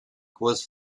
kurs